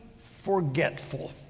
forgetful